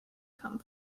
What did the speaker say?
come